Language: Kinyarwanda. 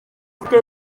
ufite